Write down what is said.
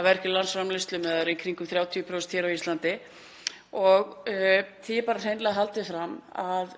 af vergri landsframleiðslu meðan þær eru í kringum 30% hér á Íslandi og því er hreinlega haldið fram að